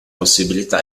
possibilità